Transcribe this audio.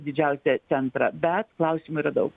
didžiausią centrą bet klausimų yra daug